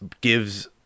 gives